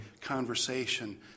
conversation